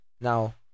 Now